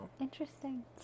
Interesting